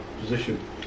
position